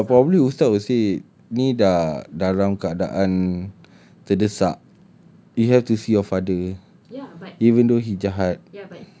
ya lah but probably ustaz will say ni dah dalam keadaan terdesak you have to see your father even though he jahat